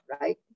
right